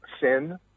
sin